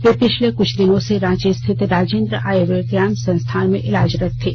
वे पिछले कुछ दिनों से रांची स्थित राजेन्द्र आयुर्विज्ञान संस्थान में इलाजरत थे